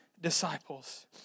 disciples